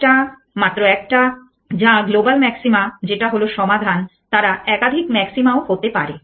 একটা মাত্র একটা যা গ্লোবাল ম্যাক্সিমা যেটা হল সমাধান তারা একাধিক ম্যাক্সিমা ও হতে পারে